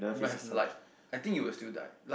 you might have light I think you will still die like